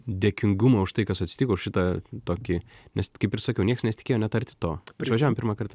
dėkingumą už tai kas atsitiko šitą tokį nes kaip ir sakiau nieks nesitikėjo net arti to išvažiavom pirmą kartą